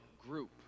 group